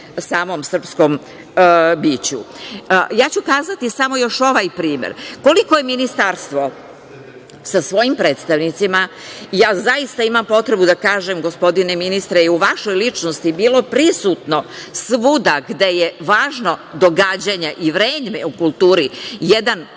samom srpskom biću. Kazaću još samo ovaj primer. Koliko je ministarstvo sa svojim predstavnicima, zaista imam potrebu da kažem gospodine ministre i u vašoj ličnosti bilo prisutno svuda gde je važno događanje i vreme u kulturi jedan